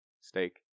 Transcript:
steak